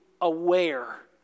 aware